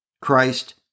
Christ